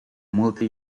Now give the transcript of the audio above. multi